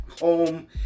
home